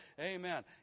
Amen